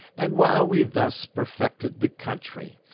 and while we thus perfected the country,